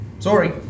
Sorry